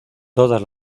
todas